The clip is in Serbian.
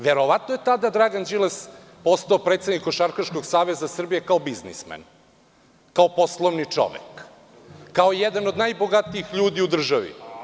Verovatno je tada Dragan Đilas ostao predsednik Košarkaškog saveza Srbije kao bizmismen, kao poslovni čovek, kao jedan od najbogatijih ljudi u državi.